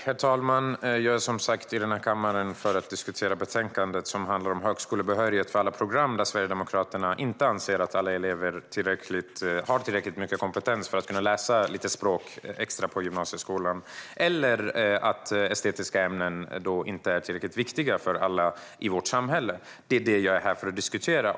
Herr talman! Jag är som sagt i den här kammaren för att diskutera betänkandet som handlar om högskolebehörighet för alla program. I den frågan anser inte Sverigedemokraterna att alla elever har tillräcklig kompetens för att kunna läsa lite extra språk i gymnasieskolan eller att estetiska ämnen är lika viktiga för alla i vårt samhälle. Det är det jag är här för att diskutera.